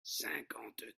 cinquante